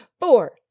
four